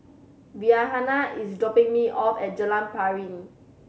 Rhianna is dropping me off at Jalan Piring